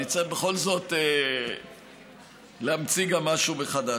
אני צריך בכל זאת להמציא גם משהו מחדש.